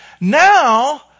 Now